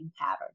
pattern